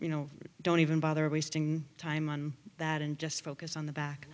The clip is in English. you know i don't even bother wasting time on that and just focus on the back